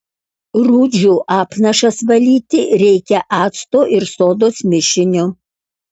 rūdžių apnašas valyti reikia acto ir sodos mišiniu